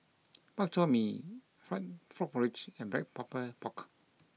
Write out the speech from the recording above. Bak Chor Mee Frog Porridge and Black Pepper Pork